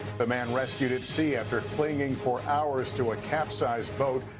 but man rescued at sea after clinging for hours to a capsized boat.